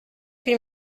huit